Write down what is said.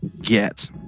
get